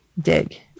dig